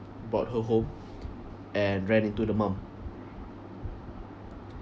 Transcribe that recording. brought her home and ran into the mum